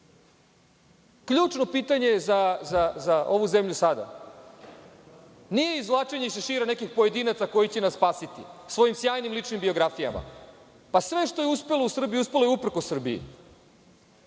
pitanje za ovu zemlju sada nije izvlačenje iz šešira nekih pojedinaca koji će nas spasiti svojim sjajnim ličnim biografijama. Sve što je uspelo u Srbiji, uspelo je uprkos Srbiji.